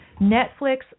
Netflix